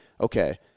okay